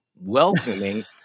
welcoming